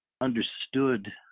understood